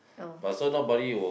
oh